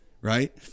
Right